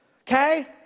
okay